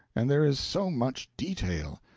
and there is so much detail.